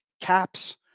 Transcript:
caps